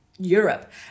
Europe